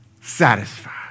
satisfied